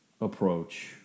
approach